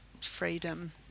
freedom